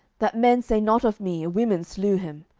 that men say not of me, a women slew him.